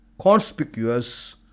conspicuous